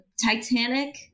Titanic